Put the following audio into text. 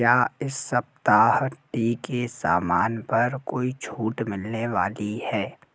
क्या इस सप्ताह टी के सामान पर कोई छूट मिलने वाली है